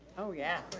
oh, yeah.